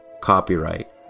copyright